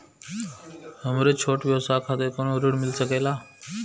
हमरे छोट व्यवसाय खातिर कौनो ऋण मिल सकेला?